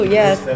yes